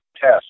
test